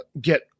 get